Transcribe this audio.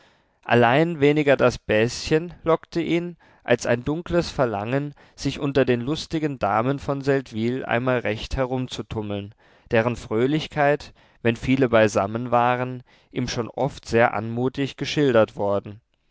allein weniger das bäschen lockte ihn als ein dunkles verlangen sich unter den lustigen damen von seldwyl einmal recht herumzutummeln deren fröhlichkeit wenn viele beisammen waren ihm schon oft sehr anmutig geschildert worden